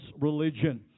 religion